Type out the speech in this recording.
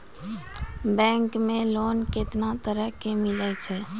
Bank मे loan कैतना तरह के मिलै छै?